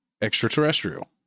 extraterrestrial